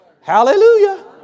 Hallelujah